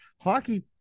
Hockey